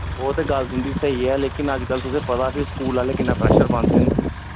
ओह् ते गल्ल तुंदी स्हेई ऐ लेकिन अज्जकल तुसेंगी पता फ्ही स्कूल आह्ले किन्ना प्रेशर पांदे न